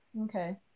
Okay